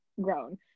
grown